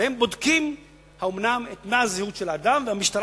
והם בודקים מה הזהות של האדם והמשטרה